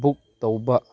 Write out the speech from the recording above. book ꯇꯧꯕ